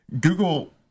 Google